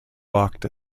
locked